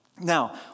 Now